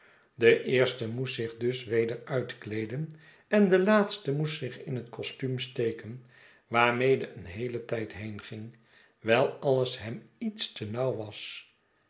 de eerste moest zich dus weder uitkleeden en de laatste moest zich in het costuum steken waarmede een heele tijd heenging wijl alles hem iets te nauw was